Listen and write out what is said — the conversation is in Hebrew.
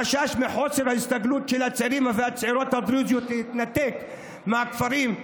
מהחשש מחוסר הסתגלות של הצעירים והצעירות הדרוזים להתנתקות מכפריהם,